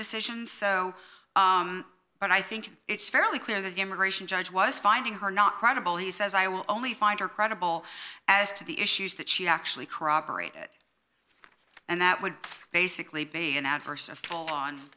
decisions so but i think it's fairly clear that the immigration judge was finding her not credible he says i will only find her credible as to the issues that she actually corroborated and that would basically be an adverse effect on